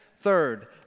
third